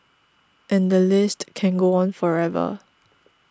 and the list can go on forever